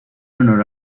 honor